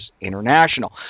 International